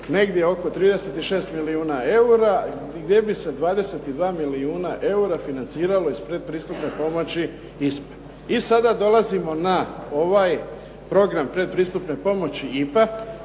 negdje oko 36 milijuna eura gdje bi se 22 milijuna eura financiralo iz pretpristupne pomoći ISP-e. I sada dolazimo na ovaj program pretpristupne pomoći IPA